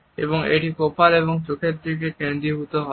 এবং এটি কপাল এবং চোখের দিকে কেন্দ্রীভূত হবে